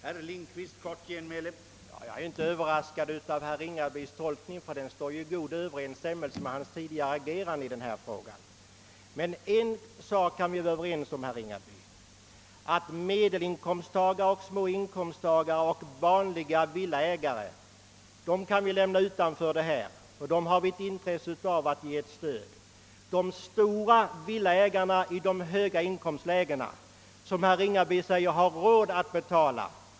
Herr talman! Jag är inte överraskad av herr Ringabys tolkning, eftersom den står i god överensstämmelse med hans tidigare agerande i denna fråga. En sak kan vi emellertid vara överens om, herr Ringaby. Medelinkomsttagare, småinkomsttagare och vanliga villaägare kan vi lämna utanför detta resonemang, eftersom vi har ett stort intresse av att ge dessa ett stöd. Jag delar herr Ringabys mening att villaägare i de högre inkomstlägena har råd att betala.